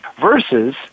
Versus